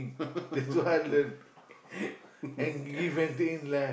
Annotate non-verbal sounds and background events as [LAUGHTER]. [LAUGHS]